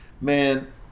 man